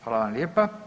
Hvala vam lijepa.